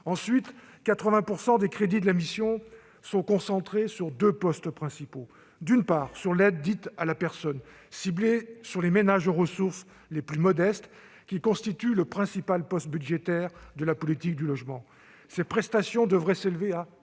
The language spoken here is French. Ensuite, 80 % des crédits de la mission sont concentrés sur deux postes principaux. Il y a, d'une part, l'aide dite « à la personne », ciblée sur les ménages aux ressources les plus modestes, qui constitue le principal poste budgétaire de la politique du logement. L'ensemble des prestations devraient s'élever à